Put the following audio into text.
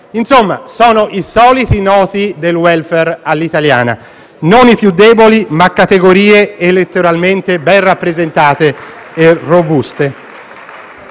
Insomma, sono i soliti noti del *welfare* all'italiana: non i più deboli, ma categorie elettoralmente ben rappresentate e robuste.